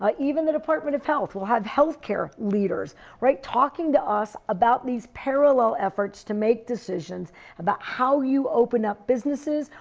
ah even the department of health will have health care leaders talking to us about these parallel efforts to make decisions about how you open up businesses,